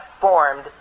formed